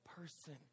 person